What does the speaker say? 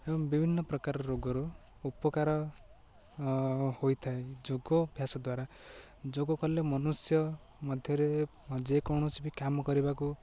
ଏବଂ ବିଭିନ୍ନ ପ୍ରକାର ରୋଗରୁ ଉପକାର ହୋଇଥାଏ ଯୋଗ ଅଭ୍ୟାସ ଦ୍ୱାରା ଯୋଗ କଲେ ମନୁଷ୍ୟ ମଧ୍ୟରେ ଯେକୌଣସି ବି କାମ କରିବାକୁ